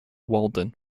walden